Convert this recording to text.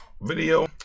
video